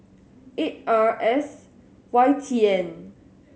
eight R S Y T N